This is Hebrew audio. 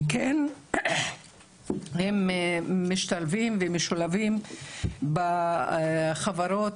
וכן הם משתלבים ומשולבים בחברות,